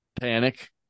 panic